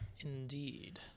Indeed